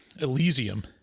Elysium